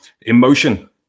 Emotion